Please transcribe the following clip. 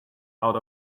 out